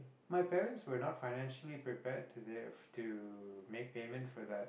my parents were not financially prepared to they've to make payment for that